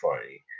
funny